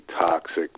toxic